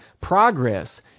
Progress